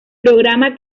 programa